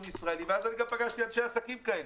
ישראלי ואני גם פגשתי אנשי עסקים כאלה,